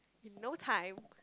in no time